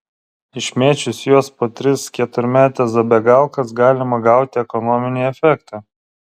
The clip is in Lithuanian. išmėčius juos po tris keturmetes zabegalkas galima gauti ekonominį efektą